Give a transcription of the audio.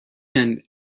end